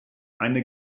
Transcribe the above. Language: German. eine